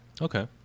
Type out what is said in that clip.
okay